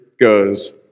goes